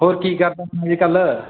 ਹੋਰ ਕੀ ਕਰਦਾ ਅੱਜ ਕੱਲ੍ਹ